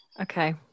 Okay